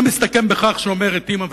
זה מסתכם בכך שאומרת אמא,